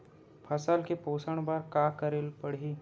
फसल के पोषण बर का करेला पढ़ही?